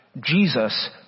Jesus